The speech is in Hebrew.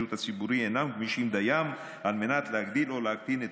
בשירות הציבורי אינם גמישים דיים להגדיל או להקטין את